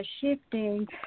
shifting